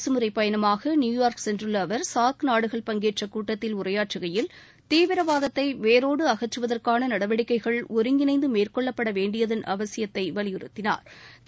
அரசுமுறைப் பயணமாக நியுயார்க் சென்றுள்ள அவர் சார்க் நாடுகள் பங்கேற்ற கூட்டத்தில் உரையாற்றுகையில் தீவிரவாதத்தை வேரோடு அகற்றுவதற்கான நடவடிக்கைகள் ஒருங்கிணைந்து மேற்கொள்ள வேணடியதன் அவசியத்தை வலியுறுத்தினாா்